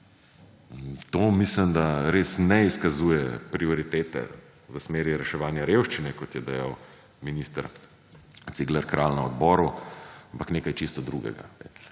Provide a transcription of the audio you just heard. To mislim, da ne izkazuje prioritete v smeri reševanja revščine, kot je dejal minister Cigler Kralj na odboru, ampak nekaj čisto drugega.